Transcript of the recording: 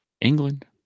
England